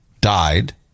died